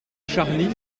charny